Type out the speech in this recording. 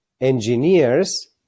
engineers